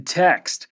text